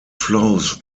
flows